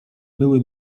były